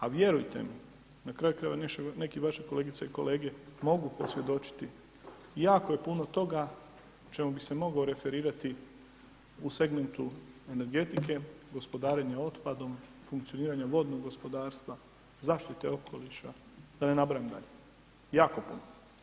A vjerujte mi, na kraju krajeva neke vaši kolegice i kolege mogu posvjedočiti jako je puno o čemu bi se mogao referirati u segmentu energetike, gospodarenja otpadom, funkcioniranja vodnog gospodarstva, zaštite okoliša, da ne nabrajam dalje jako puno.